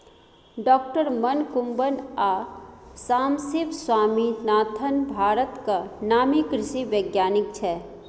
डॉ मनकुंबन आ सामसिब स्वामीनाथन भारतक नामी कृषि बैज्ञानिक छै